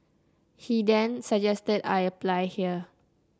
he then suggested I apply here